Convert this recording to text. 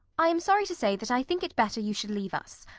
i am sorry to say that i think it better you should leave us.